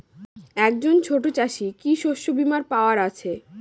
একজন ছোট চাষি কি শস্যবিমার পাওয়ার আছে?